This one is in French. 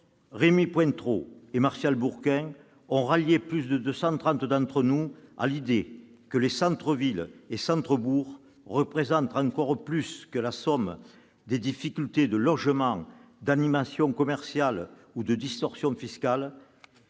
Rémy Pointereau et Martial Bourquin ont rallié plus de 230 d'entre nous à l'idée que les centres-villes et les centres-bourgs représentent encore plus que la somme des difficultés de logement, d'animation commerciale ou de distorsions fiscales.